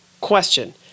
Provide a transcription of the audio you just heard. question